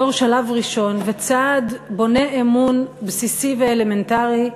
בתור שלב ראשון וצעד בונה אמון בסיסי ואלמנטרי,